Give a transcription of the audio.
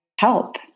help